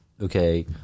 Okay